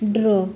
draw